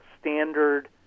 standard